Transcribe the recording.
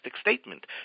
statement